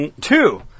Two